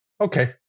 Okay